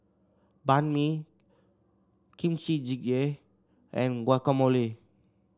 Banh Mi Kimchi Jjigae and Guacamole